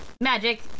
magic